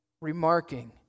remarking